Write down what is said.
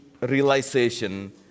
realization